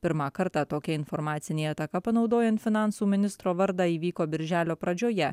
pirmą kartą tokia informacinė ataka panaudojant finansų ministro vardą įvyko birželio pradžioje